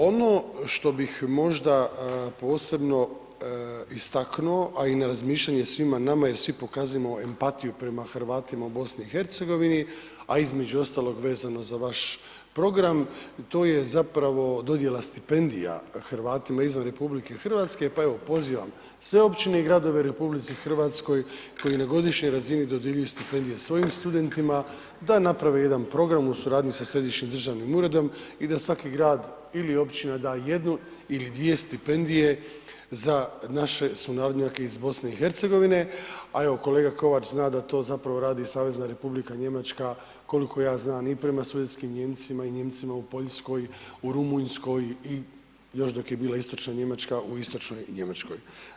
Ono što bih možda posebno istaknuo, a i na razmišljanje svima nama jer svi pokazujemo empatiju prema Hrvatima u BiH, a između ostalog vezano za vaš program, to je zapravo dodjela stipendija Hrvatima izvan RH, pa evo pozivam sve općine i gradove u RH koji na godišnjoj razini dodjeljuju stipendije svojim studentima da naprave jedan program u suradnji sa središnjim državnim uredom i da svaki grad ili općina da jednu ili dvije stipendije za naše sunarodnjake iz BiH, a evo kolega Kovač zna da to zapravo radi i Savezna Republika Njemačka koliko ja znam i prema studenskim Nijemcima i Nijemcima u Poljskoj, u Rumunjskoj i još dok je bila Istočna Njemačka u Istočnoj Njemačkoj.